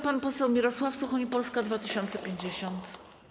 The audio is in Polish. Pan poseł Mirosław Suchoń, Polska 2050.